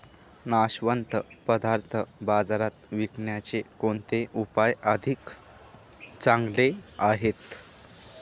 नाशवंत पदार्थ बाजारात विकण्याचे कोणते उपाय अधिक चांगले आहेत?